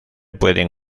pueden